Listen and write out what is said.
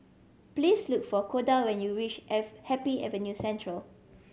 please look for Koda when you reach F Happy Avenue Central